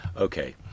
Okay